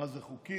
מה זה חוקים,